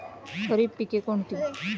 खरीप पिके कोणती?